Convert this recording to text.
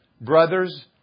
brothers